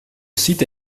site